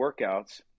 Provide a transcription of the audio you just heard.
workouts